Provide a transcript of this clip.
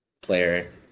player